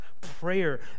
prayer